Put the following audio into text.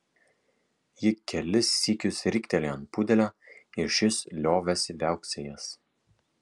ji kelis sykius riktelėjo ant pudelio ir šis liovėsi viauksėjęs